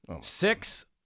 Six